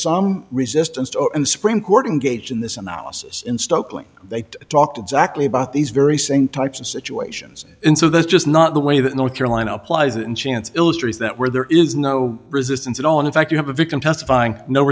some resistance to and supreme court and gauge in this analysis in stokely they talked exactly about these very same types of situations in so there's just not the way that north carolina applies and chance illustrates that where there is no resistance at all and in fact you have a victim testifying no